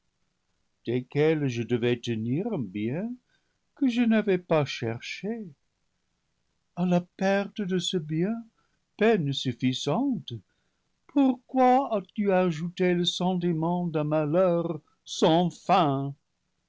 desquelles je devais tenir un bien que je n'avais pas cherché a la perte de ce bien peine suffisante pourquoi as-tu ajouté le sentiment d'un malheur sans fin